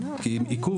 כי אם עיכוב,